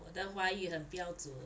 我的华语很标准